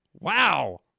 Wow